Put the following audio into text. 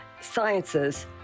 Sciences